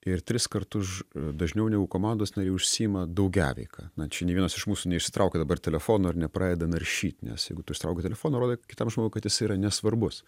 ir tris kartus dažniau negu komandos nariai užsiima daugiaveika na čia nei vienas iš mūsų neišsitraukia dabar telefono ir nepradeda naršyt nes jeigu tu išsitrauki telefoną rodai kitam žmogui kad jisai yra nesvarbus